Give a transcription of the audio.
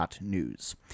news